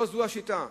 לא זאת השיטה.